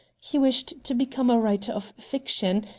he wished to become a writer of fiction,